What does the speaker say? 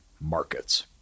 markets